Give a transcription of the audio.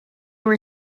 were